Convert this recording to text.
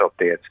updates